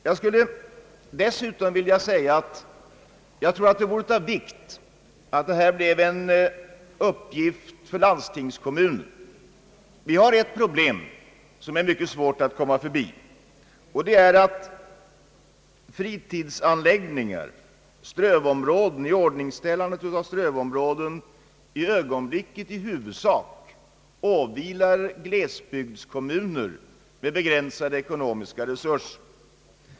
Jag skulle dessutom vilja säga, att det vore av vikt att detta blev en uppgift för våra landstingskommuner. Ett problem som är mycket svårt att komma förbi är att iordningställandet av fritidsanläggningar och strövområden i huvudsak åvilar glesbygdskommuner med begränsade ekonomiska resurser.